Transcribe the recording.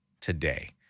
today